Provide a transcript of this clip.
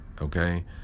okay